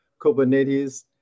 Kubernetes